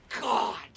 God